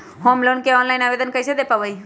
Home loan के ऑनलाइन आवेदन कैसे दें पवई?